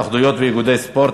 9) (התאחדויות ואיגודי ספורט),